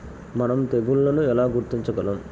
మనం తెగుళ్లను ఎలా గుర్తించగలం?